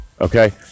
Okay